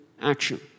action